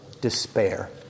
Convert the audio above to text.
despair